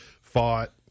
fought